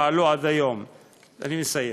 ועדת גליל עליון ועמקים,